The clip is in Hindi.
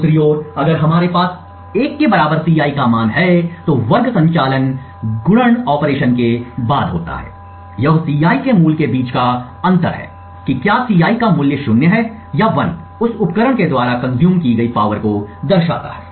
दूसरी ओर अगर हमारे पास 1 के बराबर Ci का मान है तो वर्ग संचालन गुणन ऑपरेशन के बाद होता है यह Ci के मूल्य के बीच का अंतर है कि क्या Ci का मूल्य 0 है या 1 उस उपकरण के द्वारा कंज्यूम की गई पावर को दर्शाता है